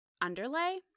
underlay